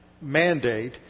mandate